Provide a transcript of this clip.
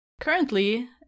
Currently